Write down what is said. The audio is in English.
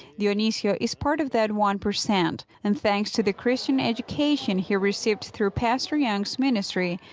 dionisio is part of that one percent. and thanks to the christian education he received through pastor yangis ministry,